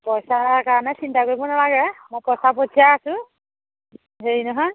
পইচাৰ কাৰণে চিন্তা কৰিব নালাগে মই পইচা পঠিয়াই আছোঁ হেৰি নহয়